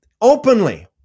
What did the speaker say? openly